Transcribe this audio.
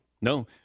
No